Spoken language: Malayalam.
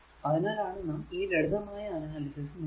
അതിനാലാണ് നാം ഈ ലളിതമായ അനാലിസിസ് നോക്കുന്നത്